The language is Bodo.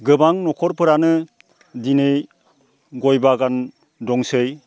गोबां न'खरफोरानो दिनै गय बागान दंसै